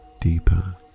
deeper